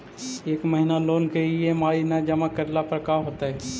एक महिना लोन के ई.एम.आई न जमा करला पर का होतइ?